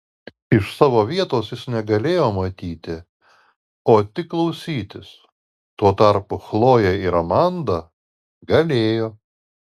iš savo vietos jis negalėjo matyti o tik klausytis tuo tarpu chlojė ir amanda galėjo